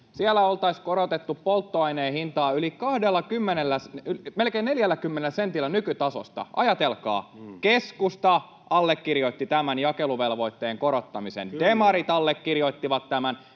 Siellä oltaisiin korotettu polttoaineen hintaa melkein 40 sentillä nykytasosta —ajatelkaa. Keskusta allekirjoitti tämän jakeluvelvoitteen korottamisen, demarit allekirjoittivat tämän